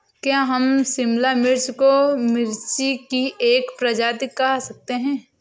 क्या हम शिमला मिर्च को मिर्ची की एक प्रजाति कह सकते हैं?